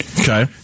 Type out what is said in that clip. okay